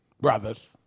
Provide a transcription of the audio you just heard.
brothers